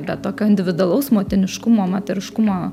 bet tokio individualaus motiniškumo moteriškumo